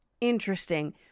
Interesting